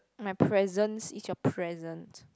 my presence is your present